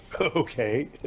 okay